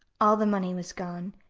all the money was gone,